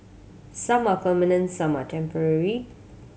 some are permanent some are temporary